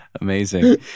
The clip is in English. Amazing